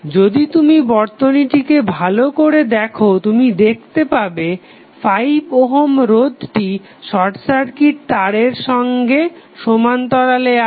যদি তুমি বর্তনীটিকে ভালো করে দেখো তুমি দেখতে পাবে 5 ওহম রোধটি শর্ট সার্কিট তারের সঙ্গে সমান্তরালে আছে